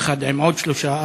יחד עם עוד שלושה,